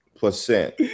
percent